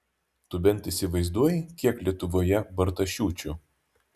tu bent įsivaizduoji kiek lietuvoje bartašiūčių